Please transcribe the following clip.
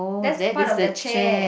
that's part of the chair